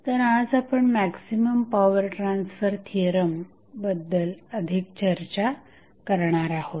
तर आज आपण मॅक्झिमम पॉवर ट्रान्सफर थिअरम बद्दल अधिक चर्चा करणार आहोत